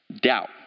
doubt